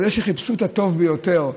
אבל זה שחיפשו את הטוב ביותר,